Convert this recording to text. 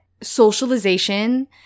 socialization